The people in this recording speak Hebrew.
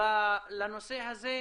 לנושא הזה?